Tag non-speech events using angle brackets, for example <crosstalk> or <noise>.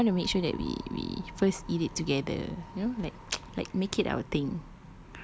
ya but I want to make sure that we we first eat it together you know like <noise> make it our thing